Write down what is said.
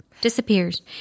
disappears